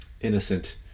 innocent